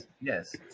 yes